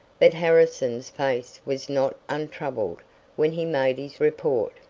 but harrison's face was not untroubled when he made his report.